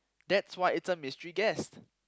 that's why it's a mystery guest